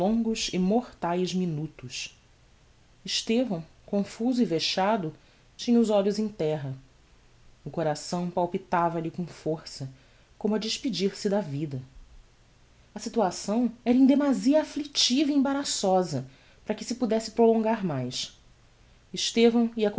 longos e mortaes minutos estevão confuso e vexado tinha os olhos em terra o coração palpitava lhe com força como a despedir-se da vida a situação ora em demasia afflictiva e embaraçosa para que se podesse prolongar mais estevão